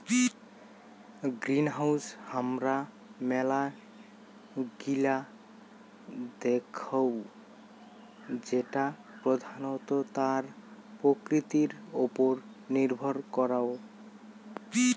greenhouse হামারা মেলা গিলা দেখঙ যেটা প্রধানত তার আকৃতির ওপর নির্ভর করাং